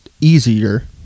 easier